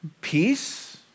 peace